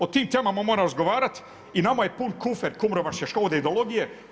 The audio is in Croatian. O tim temama moramo razgovarati i nama je pun kufer kumrovačke škole, ideologije.